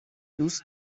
دوست